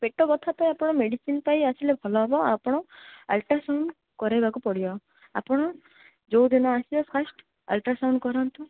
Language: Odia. ପେଟ ବଥା ତ ଆପଣ ମେଡ଼ିସିନ ପାଇଁ ଆସିଲେ ଭଲ ହେବ ଆପଣ ଅଲଟ୍ରାସାଉଣ୍ଡ୍ କରାଇବାକୁ ପଡ଼ିବ ଆପଣ ଯେଉଁଦିନ ଆସିବେ ଫାଷ୍ଟ ଅଲଟ୍ରାସାଉଣ୍ଡ୍ କରାନ୍ତୁ